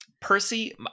Percy